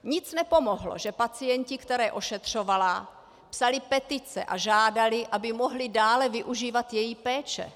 Nic nepomohlo, že pacienti, které ošetřovala, psali petice a žádali, aby mohli dále využívat její péče.